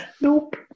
Nope